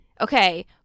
Okay